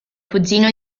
cugino